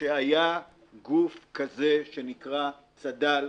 שהיה גוף כזה שנקרא צד"ל,